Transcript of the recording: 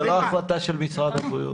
זו לא החלטה של משרד הבריאות.